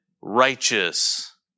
righteous